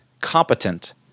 competent